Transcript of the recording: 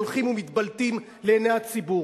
הולכים ומתבלטים לעיני הציבור.